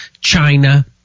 China